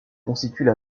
constituent